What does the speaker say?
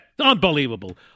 Unbelievable